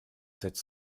sept